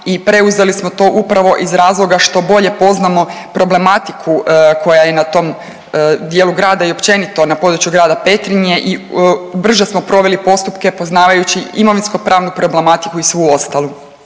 preuzeli smo to upravo iz razloga što bolje poznamo problematiku koja je na tom dijelu grada i općenito na području grada Petrinje i brže smo proveli postupke poznavajući imovinskopravnu problematiku i svu ostalu